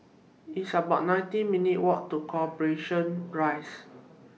It's about nineteen minutes' Walk to Corporation Rise